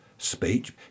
speech